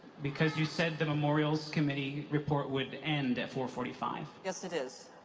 because you said the memorials committee report would end at four forty five. yes, it is.